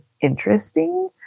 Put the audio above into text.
interesting